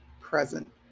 present